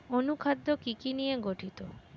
অনুখাদ্য কি কি নিয়ে গঠিত?